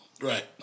Right